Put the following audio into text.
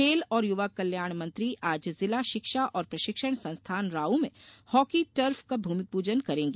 खेल और युवा कल्याण मंत्री आज जिला शिक्षा और प्रशिक्षण संस्थान राउ में हॉकी टर्फ का भूमिपूजन करेंगी